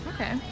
Okay